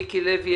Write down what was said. מיקי לוי,